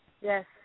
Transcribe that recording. yes